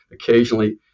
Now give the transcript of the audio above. occasionally